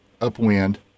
upwind